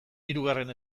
hirugarren